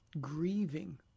grieving